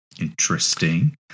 interesting